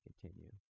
continue